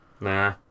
Nah